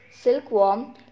silkworm